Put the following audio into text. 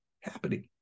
happening